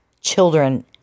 children